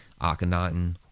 Akhenaten